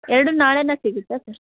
ಎರಡು ನಾಳೆನೆ ಸಿಗುತ್ತ ಸರ್